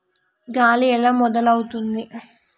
గాలి ఎలా మొదలవుతుంది?